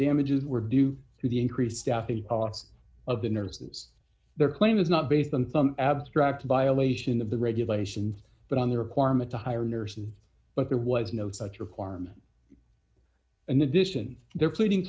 damages were due to the increased staff a policy of the nurses their claim is not based on some abstract violation of the regulations but on the requirement to hire nurses but there was no such requirement and the addition there pleading